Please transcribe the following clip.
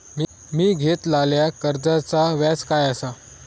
मी घेतलाल्या कर्जाचा व्याज काय आसा?